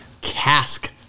cask